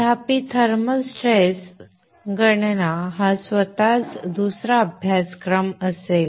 तथापि thermal stress गणना हा स्वतःच दुसरा अभ्यासक्रम असेल